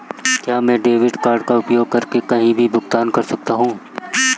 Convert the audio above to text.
क्या मैं debit card का उपयोग करके कहीं भी भुगतान कर सकता हूं?